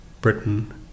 Britain